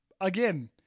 again